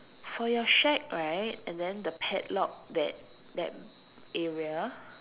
for your shack right and then the padlock that that area